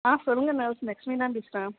ஆ சொல்லுங்கள் நான் லக்ஷ்மிதான் பேசுகிறேன்